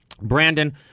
Brandon